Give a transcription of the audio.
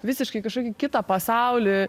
visiškai kažkokį kitą pasaulį